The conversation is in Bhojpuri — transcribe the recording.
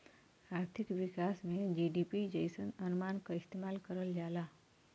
आर्थिक विकास में जी.डी.पी जइसन अनुमान क इस्तेमाल करल जाला